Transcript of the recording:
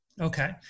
Okay